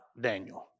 Daniel